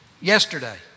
Yesterday